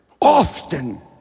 often